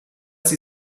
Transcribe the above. sie